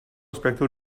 aspecte